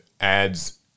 adds